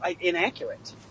inaccurate